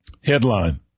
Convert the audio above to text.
Headline